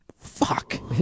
fuck